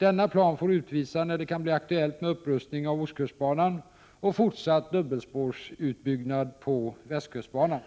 Denna plan får utvisa när det kan bli aktuellt med upprustning av ostkustbanan och fortsatt dubbelspårsutbyggnad på västkustbanan.